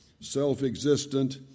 self-existent